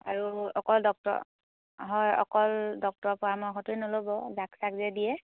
আৰু অকল ডক্তৰ হয় অকল ডক্তৰৰ পৰামৰ্শটোৱে নল'ব জাক চাক যে দিয়ে